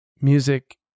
music